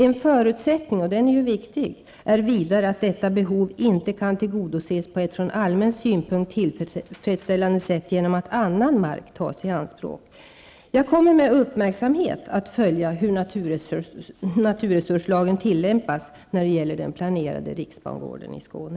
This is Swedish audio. En förutsättning -- och den är viktig -- är vidare att detta behov inte kan tillgodoses på ett från allmän synpunkt tillfredsställande sätt genom att annan mark tas i anspråk. Jag kommer med uppmärksamhet att följa hur naturresurslagen tillämpas när det gäller den planerade riksbangården i Skåne.